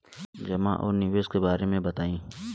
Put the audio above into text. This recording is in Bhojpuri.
जमा और निवेश के बारे मे बतायी?